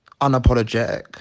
unapologetic